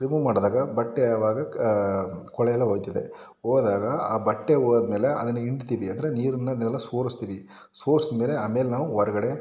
remove ಮಾಡಿದಾಗ ಬಟ್ಟೆ ಆವಾಗ ಕೊಳೆ ಎಲ್ಲ ಹೋಗ್ತದೆ ಹೋದಾಗ ಆ ಬಟ್ಟೆ ಹೋದ್ಮೇಲೆ ಅದನ್ನು ಹಿಂಡ್ತೀವಿ ಅಂದರೆ ನೀರನ್ನು ಅದನ್ನೆಲ್ಲ ಸೋರಿಸ್ತೀವಿ ಸೋರಿಸಿದ್ಮೇಲೆ ಆಮೇಲೆ ನಾವು ಹೊರಗಡೆ